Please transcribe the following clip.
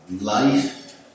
life